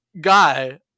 guy